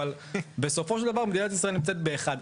אבל בסופו של דבר מדינת ישראל נמצאת באחד.